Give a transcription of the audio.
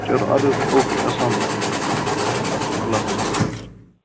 چلو اَدٕ حظ اوکے اسلامُ علیکُم اللہ حافظ اللہ حافظ